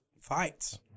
fights